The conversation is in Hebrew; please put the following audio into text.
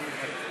התשע"ו 2016,